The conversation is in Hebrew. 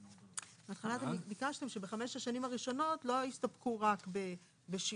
בהתחלה אתם ביקשתם שבחמש השנים הראשונות לא יסתפקו רק בשיעור.